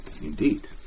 indeed